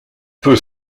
peut